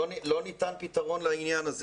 לא ניתן פתרון לעניין הזה.